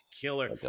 killer